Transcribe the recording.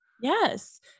Yes